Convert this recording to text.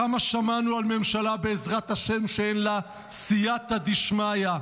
כמה שמענו על ממשלת בעזרת השם שאין לה סייעתא דשמיא.